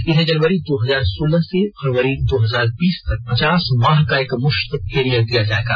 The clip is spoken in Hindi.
इन्हें जनवरी दो हजार सोलह से फरवरी दो हजार बीस तक पचास माह का एकमुष्त एरियर दिया जायेगा